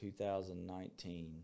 2019